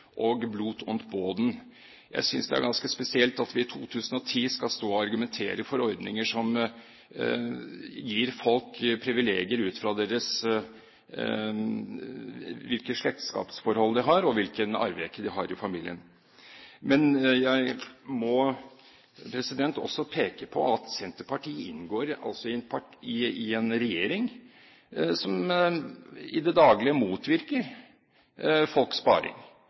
og Blut und Boden-kulturen. Jeg synes det er ganske spesielt at vi i 2011 skal stå og argumentere for ordninger som gir folk privilegier ut fra hvilke slektskapsforhold de har, og hvilken arverekke de har i familien. Jeg må også peke på at Senterpartiet inngår i en regjering som i det daglige motvirker folks sparing,